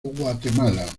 guatemala